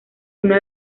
uno